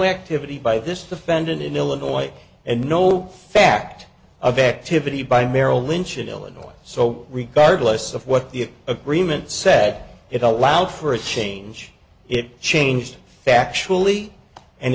activity by this defendant in illinois and no fact of activity by merrill lynch in illinois so regardless of what the agreement said it allowed for a change it changed factually and